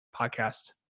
podcast